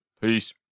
Peace